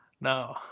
No